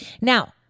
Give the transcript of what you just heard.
Now